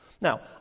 Now